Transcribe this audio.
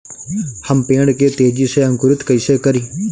हम पेड़ के तेजी से अंकुरित कईसे करि?